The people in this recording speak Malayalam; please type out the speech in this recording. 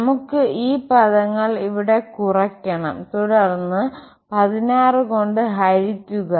നമുക്ക് ഈ പദങ്ങൾ ഇവിടെ കുറയ്ക്കണം തുടർന്ന് 16 കൊണ്ട് ഹരിക്കുക